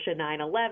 911